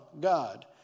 God